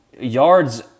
Yards